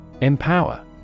Empower